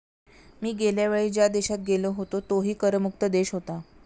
मी गेल्या वेळी ज्या देशात गेलो होतो तोही कर मुक्त देश होता